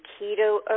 keto